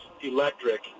electric